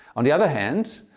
on the other hand,